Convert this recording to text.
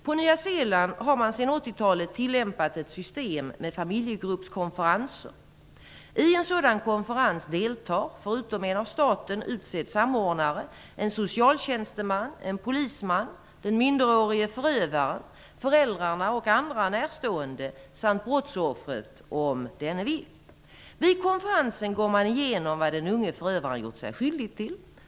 På Nya Zeeland har man sedan 80-talet tillämpat ett system med familjegruppskonferenser. I en sådan konferens deltar, förutom en av staten utsedd samordnare, en socialtjänsteman, en polisman, den minderårige förövaren, föräldrarna och andra närstående samt brottsoffret om denne vill. Vid konferensen går man igenom vad den unge förövaren har gjort sig skyldig till.